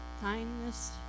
kindness